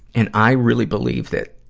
and i really believe that,